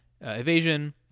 evasion